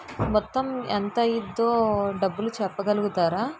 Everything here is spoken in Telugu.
మొత్తం ఎంత అయిద్దో డబ్బులు చెప్పగలుగుతారా